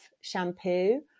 shampoo